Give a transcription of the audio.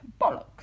Bollocks